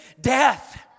death